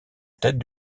tête